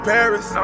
Paris